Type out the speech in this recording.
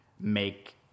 make